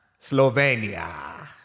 Slovenia